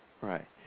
Right